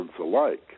alike